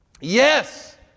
Yes